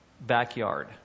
backyard